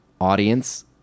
audience